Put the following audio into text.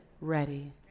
ready